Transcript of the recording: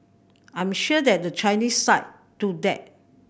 I am sure that the Chinese side do that